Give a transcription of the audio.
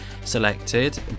selected